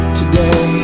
today